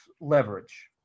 leverage